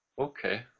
Okay